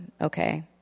Okay